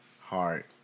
heart